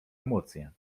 emocje